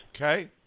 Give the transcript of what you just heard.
Okay